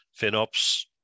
FinOps